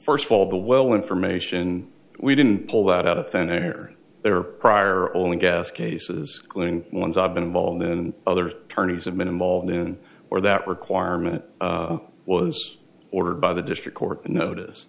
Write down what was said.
first of all the well information we didn't pull that out of thin air their prior only guess cases clearing ones i've been involved in other turnings have been involved noon or that requirement was ordered by the district court notice